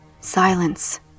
Silence